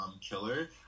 killer